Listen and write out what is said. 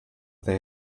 they